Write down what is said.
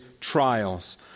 trials